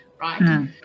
right